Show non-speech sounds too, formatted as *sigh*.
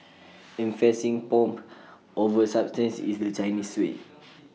*noise* emphasising pomp *noise* over substance is the Chinese way *noise*